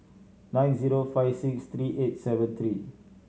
nine zero five six three eight seven three